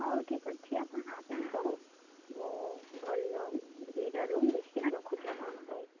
ହଉ ଠିକ୍ ଅଛି ଆପଣ ଆସନ୍ତୁ ମୁଁ ଭଲ ଦୁଇଟା ରୁମ୍ ଦେଖିକି ନା ରଖୁଛି ଆପଣଙ୍କ ପାଇଁ